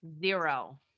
zero